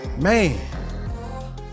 man